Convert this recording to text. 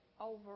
over